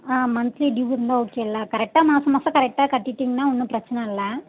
ஆ monthly due இருந்தால் ஓகேல்ல கரெக்டாக மாதம் மாதம் கரெக்டாக கட்டிட்டிங்கன்னா ஒன்னும் பிரச்சினை இல்லை